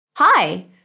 Hi